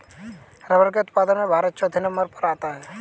rubber के उत्पादन में भारत चौथे नंबर पर आता है